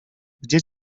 gdzie